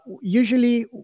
usually